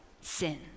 sin